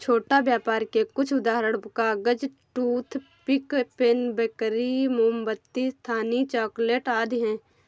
छोटा व्यापर के कुछ उदाहरण कागज, टूथपिक, पेन, बेकरी, मोमबत्ती, स्थानीय चॉकलेट आदि हैं